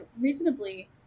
reasonably